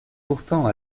pourtant